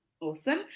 awesome